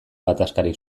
gatazkarik